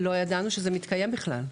לא ידענו שזה מתקיים בכלל.